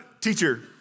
teacher